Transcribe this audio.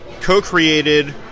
co-created